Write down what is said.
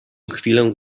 chwilę